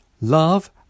Love